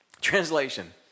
Translation